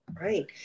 right